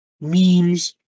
memes